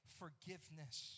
forgiveness